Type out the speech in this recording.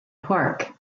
park